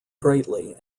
greatly